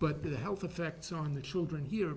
but the health effects on the children here